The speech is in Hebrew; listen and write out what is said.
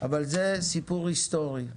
אבל זה סיפור היסטורי.